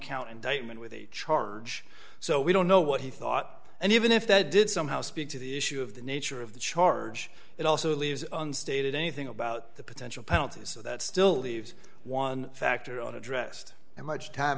count indictment with a charge so we don't know what he thought and even if that did somehow speak to the issue of the nature of the charge it also leaves unstated anything about the potential penalties that still leaves one factor on addressed and much time